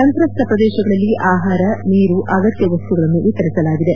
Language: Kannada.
ಸಂತ್ರಸ್ತ ಪ್ರದೇಶಗಳಲ್ಲಿ ಆಹಾರ ನೀರು ಅಗತ್ಯ ವಸ್ತುಗಳನ್ನು ವಿತರಿಸಲಾಗಿದೆ